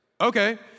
Okay